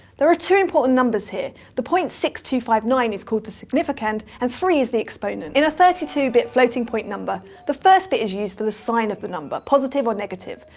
there are two important numbers here the point six two five nine is called the significand. and three is the exponent. in a thirty two bit floating point number, the first bit is used for the sign of the number positive or negative.